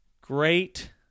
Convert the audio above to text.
great